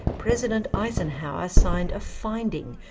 president eisenhower signed a finding,